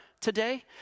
today